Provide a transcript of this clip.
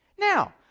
Now